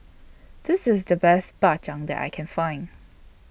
This IS The Best Bak Chang that I Can Find